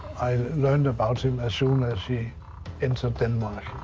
i learned about him as soon as he entered denmark.